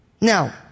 Now